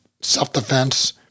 self-defense